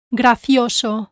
gracioso